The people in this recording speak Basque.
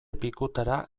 pikutara